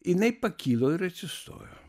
jinai pakilo ir atsistojo